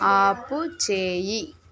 ఆపుచేయి